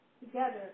together